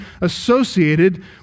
associated